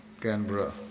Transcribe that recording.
Canberra